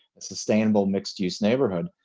a sustainable mixed-use neighborhood.